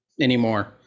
anymore